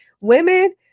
Women